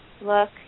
look